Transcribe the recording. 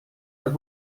veel